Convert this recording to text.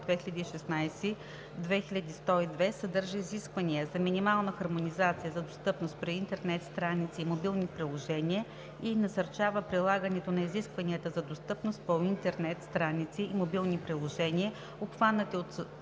2016/2102 съдържа изисквания за минимална хармонизация за достъпност на интернет страници и мобилни приложения и насърчава прилагането на изискванията за достъпност по интернет страници и мобилни приложения, обхванати от